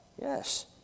Yes